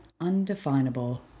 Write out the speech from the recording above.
undefinable